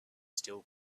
still